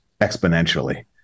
exponentially